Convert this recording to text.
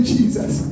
Jesus